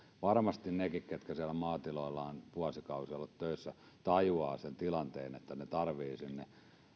varmasti hekin ketkä siellä maatiloilla ovat vuosikausia olleet töissä tajuavat sen tilanteen että he tarvitsevat sinne